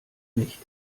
nicht